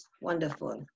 Wonderful